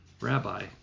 Rabbi